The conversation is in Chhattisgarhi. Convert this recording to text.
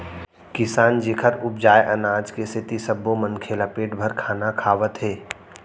किसान जेखर उपजाए अनाज के सेती सब्बो मनखे ल पेट भर खाना खावत हे